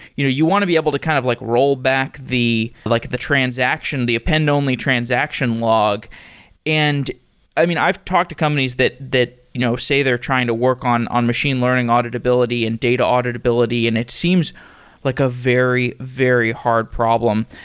you know you want to be able to kind of like roll back the like the transaction, the append-only transaction log and i mean, i've talked to companies that that you know say they're trying to work on on machine learning auditability and data auditability and it seems like a very, very hard problem.